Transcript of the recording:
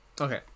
Okay